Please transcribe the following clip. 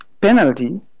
Penalty